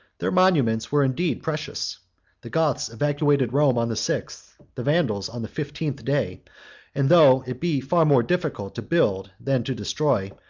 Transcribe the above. their moments were indeed precious the goths evacuated rome on the sixth, the vandals on the fifteenth, day and, though it be far more difficult to build than to destroy,